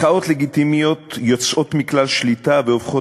מחאות לגיטימיות יוצאות מכלל שליטה והופכות